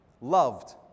loved